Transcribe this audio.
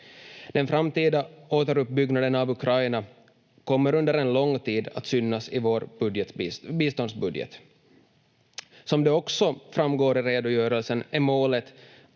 Den framtida återuppbyggnaden av Ukraina kommer under en lång tid att synas i vår biståndsbudget. Som det också framgår i redogörelsen är målen